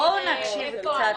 בואו נקשיב קצת.